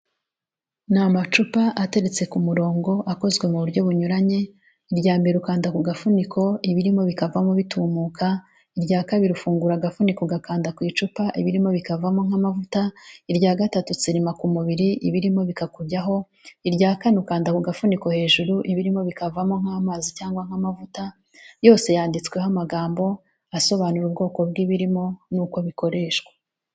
Ni amacupa ateretse ku murongo akozwe mu buryo bunyuranye, iryambere ukanda ku gafuniko, ibirimo bikavamo bitumuka, irya kabiri ufungura agafuniko ugakanda ku icupa, ibirimo bikavamo nk'amavuta, irya gatatu utsirima ku mubiri, ibirimo bikakujyaho, irya kane ukanda ku gafuniko hejuru, ibirimo bikavamo nk'amazi cyangwa nk'amavuta, yose yanditsweho amagambo, asobanura ubwoko bw'ibirimo, n'uko bikoreshwa.